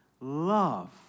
Love